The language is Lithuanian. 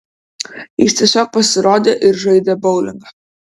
jis tiesiog pasirodė ir žaidė boulingą